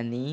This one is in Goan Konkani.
आनी